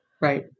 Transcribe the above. Right